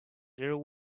there